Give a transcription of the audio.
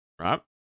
right